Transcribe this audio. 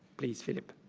please, philip.